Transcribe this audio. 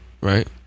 Right